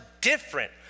different